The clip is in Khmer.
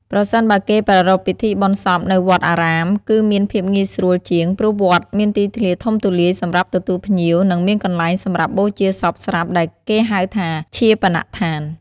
ប្រសិនបើគេប្រារព្ធពិធីបុណ្យសពនៅវត្តអារាមគឺមានភាពងាយស្រួលជាង ព្រោះវត្តមានទីធ្លាធំទូលាយសម្រាប់ទទួលភ្ញៀវ និងមានកន្លែងសម្រាប់បូជាសពស្រាប់ដែលគេហៅថាឈាបនដ្ឋាន។